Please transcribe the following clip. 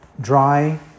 dry